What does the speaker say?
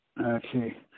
Okay